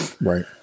Right